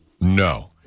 no